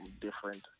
different